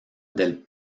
del